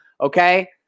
okay